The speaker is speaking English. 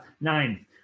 Nine